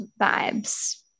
vibes